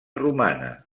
romana